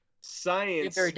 Science